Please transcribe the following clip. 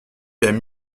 aimes